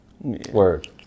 Word